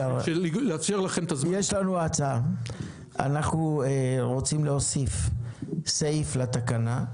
אנחנו רוצים להוסיף סעיף לתקנה,